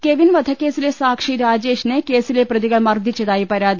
Kevin വധക്കേസിലെ സാക്ഷി രാജേഷിനെ കേസിലെ പ്രതികൾ മർദ്ദിച്ചതായി പരാതി